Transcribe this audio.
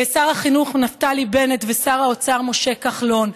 שר החינוך נפתלי בנט ושר האוצר משה כחלון.